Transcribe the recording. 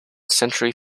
century